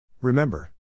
Remember